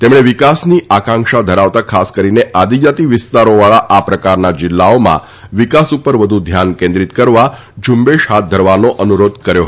તેમણે વિકાસની આંકક્ષા ધરાવતા ખાસ કરીને આદિજાતિ વિસ્તારોવાળા આ પ્રકારના જિલ્લાઓમાં વિકાસ ઉપર વધુ ધ્યાન કેન્દ્રિત કરવા ઝૂંબેશ હાથ ધરવાનો અનુરોધ કર્યો હતો